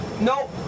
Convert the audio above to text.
no